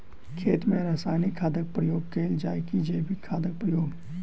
खेत मे रासायनिक खादक प्रयोग कैल जाय की जैविक खादक प्रयोग?